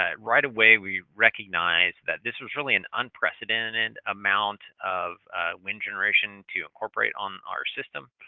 ah right away we recognized that this was really an unprecedented and amount of wind generation to incorporate on our system,